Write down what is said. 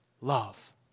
love